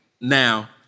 Now